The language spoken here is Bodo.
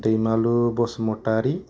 दैमालु बसुमतारी